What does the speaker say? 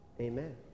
amen